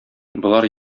болар